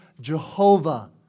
Jehovah